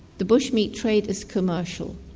the bush meat trade is commercial,